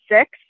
six